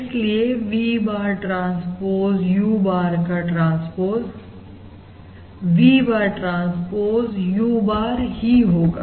इसलिए V bar transpose U bar का transpose V bar transpose U bar ही होगा